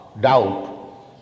doubt